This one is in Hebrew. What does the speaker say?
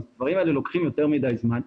הדברים האלה לוקחים יותר מדי זמן,